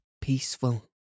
peaceful